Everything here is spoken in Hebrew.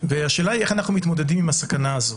והשאלה היא איך אנחנו מתמודדים עם הסכנה הזאת.